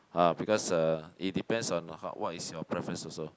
ah because uh it depends on how what is your preference also